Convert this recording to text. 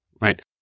right